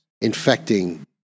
infecting